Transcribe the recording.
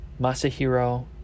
Masahiro